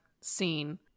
scene